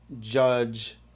judge